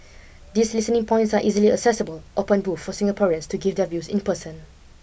these listening points are easily accessible open booth for Singaporeans to give their views in person